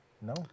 No